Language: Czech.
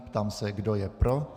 Ptám se, kdo je pro.